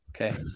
okay